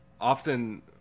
often